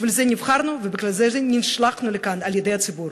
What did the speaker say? ובשביל זה נבחרנו ובגלל זה נשלחנו לכאן על-ידי הציבור.